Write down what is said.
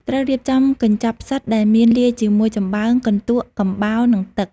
ត្រូវរៀបចំ កញ្ចប់ផ្សិត ដែលមានលាយជាមួយចម្បើង កន្ទក់ កំបោរ និងទឹក។